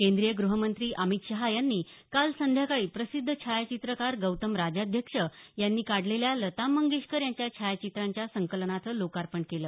केंद्रिय ग्रहमंत्री अमित शहा यांनी काल संध्याकाळी प्रसिद्ध छायाचित्रकार गौतम राजाध्यक्ष यांनी काढलेल्या लता मंगेशकर यांच्या छायाचित्रांच्या संकलनाचं लोकार्पण केलं